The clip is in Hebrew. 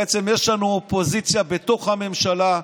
בעצם יש לנו אופוזיציה בתוך הממשלה,